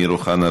אמיר אוחנה,